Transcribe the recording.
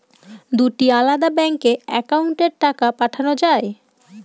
দুটি আলাদা ব্যাংকে অ্যাকাউন্টের টাকা পাঠানো য়ায়?